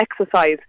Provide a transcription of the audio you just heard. exercise